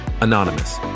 Anonymous